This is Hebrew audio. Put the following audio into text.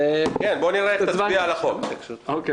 כן, בוא